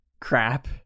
crap